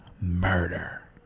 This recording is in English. murder